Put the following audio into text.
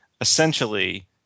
essentially